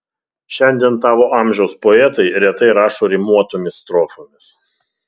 šiandien tavo amžiaus poetai retai rašo rimuotomis strofomis